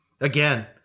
Again